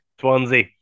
Swansea